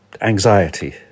anxiety